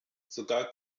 sogar